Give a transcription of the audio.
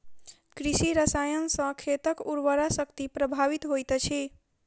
कृषि रसायन सॅ खेतक उर्वरा शक्ति प्रभावित होइत अछि